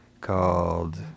called